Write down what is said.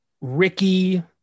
Ricky